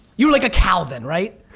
you were like a calvin, right?